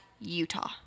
utah